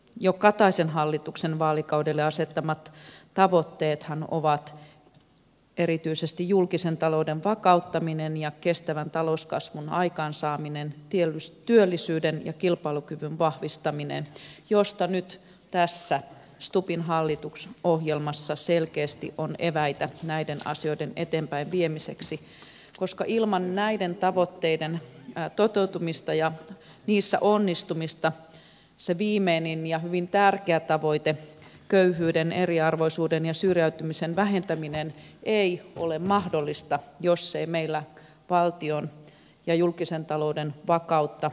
jo kataisen hallituksen vaalikaudelle asettamat tavoitteethan ovat erityisesti julkisen talouden vakauttaminen ja kestävän talouskasvun aikaansaaminen työllisyyden ja kilpailukyvyn vahvistaminen ja nyt tässä stubbin hallitusohjelmassa selkeästi on eväitä näiden asioiden eteenpäinviemiseksi koska ilman näiden tavoitteiden toteutumista ja niissä onnistumista se viimeinen ja hyvin tärkeä tavoite köyhyyden eriarvoisuuden ja syrjäytymisen vähentäminen ei ole mahdollista jos ei meillä valtion ja julkisen talouden vakautta löydetä